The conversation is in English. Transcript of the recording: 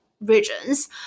regions